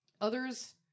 Others